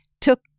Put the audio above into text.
took